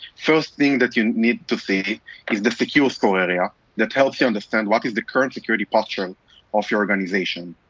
first thing that you need to see is the secure score area that helps you understand what is the current security posture of your organization.